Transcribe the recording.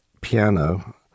piano